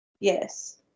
Yes